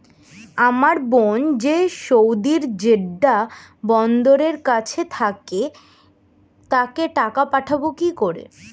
আমার বোন যে সৌদির জেড্ডা বন্দরের কাছে থাকে তাকে টাকা পাঠাবো কি করে?